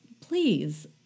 please